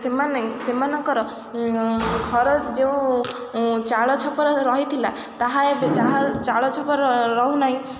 ସେମାନେ ସେମାନଙ୍କର ଘର ଯେଉଁ ଚାଳ ଛପର ରହିଥିଲା ତାହା ଏବେ ଚାଳ ଛପର ରହୁନାହିଁ